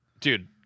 dude